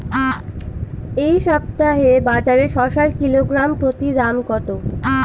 এই সপ্তাহে বাজারে শসার কিলোগ্রাম প্রতি দাম কত?